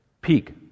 peak